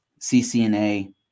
CCNA